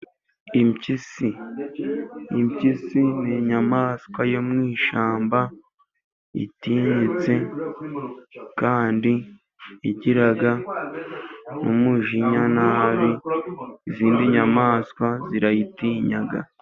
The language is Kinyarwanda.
Impyisi, impyisi ni inyamaswa yo mu ishyamba itinyitse kandi igira n'umujinya nabi izindi nyamaswa zirayitinyaga.